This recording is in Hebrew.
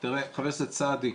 חבר הכנסת סעדי,